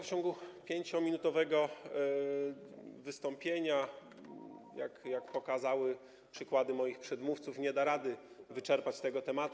W ciągu 5-minutowego wystąpienia, jak pokazały przykłady moich przedmówców, nie da rady wyczerpać tego tematu.